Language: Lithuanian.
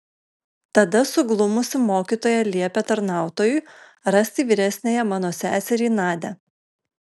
tada suglumusi mokytoja liepė tarnautojui rasti vyresniąją mano seserį nadią